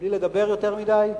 בלי לדבר יותר מדי.